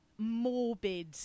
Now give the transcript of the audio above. morbid